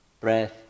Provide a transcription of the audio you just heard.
Breath